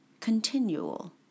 continual